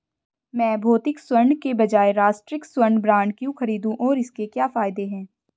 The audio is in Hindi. मैं भौतिक स्वर्ण के बजाय राष्ट्रिक स्वर्ण बॉन्ड क्यों खरीदूं और इसके क्या फायदे हैं?